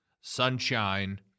sunshine